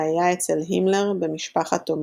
שהיה אצל הימלר במשפחת אומנה.